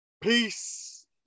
Peace